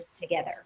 together